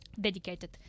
dedicated